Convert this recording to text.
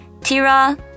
Tira